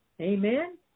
Amen